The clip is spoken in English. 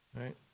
Right